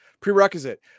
Prerequisite